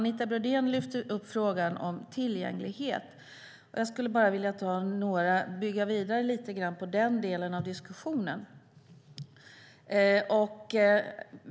Anita Brodén lyfte upp frågan om tillgänglighet, och jag skulle vilja bygga vidare lite grann på den delen av diskussionen.